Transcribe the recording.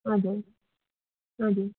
हजुर हजुर